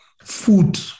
food